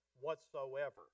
whatsoever